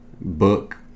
book